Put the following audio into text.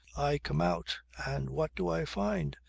i come out and what do i find?